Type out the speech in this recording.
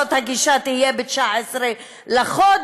וזאת תהיה הגישה ב-19 לחודש,